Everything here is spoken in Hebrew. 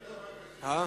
הא?